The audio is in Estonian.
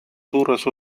suures